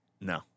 no